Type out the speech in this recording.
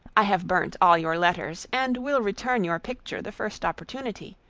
i have burnt all your letters, and will return your picture the first opportunity.